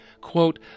quote